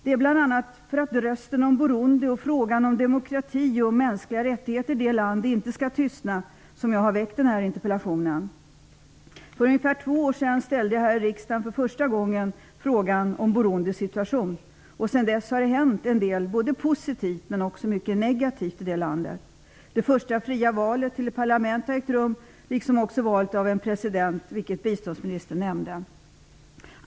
Det är bl.a. för att rösterna om Burundi och frågan om demokrati och mänskliga rättigheter i det landet inte skall tystna som jag har väckt denna interpellation. För cirka två år sedan ställde jag här i riksdagen för första gången frågor om Burundis situation. Det har sedan dess hänt en del både positivt och negativt i det landet. Det första fria valet till ett parlament har ägt rum liksom också valet av en president, vilket biståndsministern nämnde.